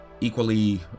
equally